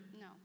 No